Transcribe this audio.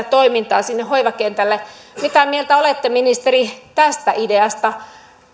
toimintaa sinne hoivakentälle mitä mieltä olette ministeri tästä ideasta